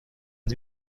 att